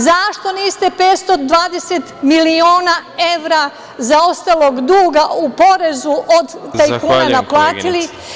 Zašto niste 520 miliona evra zaostalog duga u porezu od tajkuna naplatili?